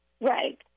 right